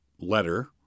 letter